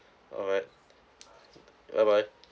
alright bye bye